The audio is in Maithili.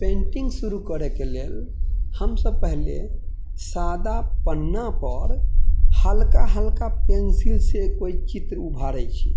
पेन्टिंग शुरू करैके लेल हम सभ पहिले सादा पन्नापर हल्का हल्का पेन्सिलसँ ओ चित्र उभारै छी